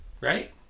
Right